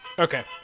Okay